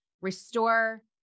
restore